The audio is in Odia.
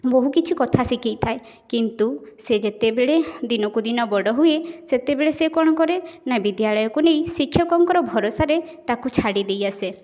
ବହୁ କିଛି କଥା ଶିଖାଇଥାଏ କିନ୍ତୁ ସେ ଯେତେବେଳେ ଦିନକୁ ଦିନ ବଡ଼ ହୁଏ ସେତେବେଳେ ସେ କ'ଣ କରେ ନା ବିଦ୍ୟାଳୟକୁ ନେଇ ଶିକ୍ଷକଙ୍କର ଭରସାରେ ତାକୁ ଛାଡ଼ିଦେଇ ଆସେ